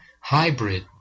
hybrid